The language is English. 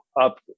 up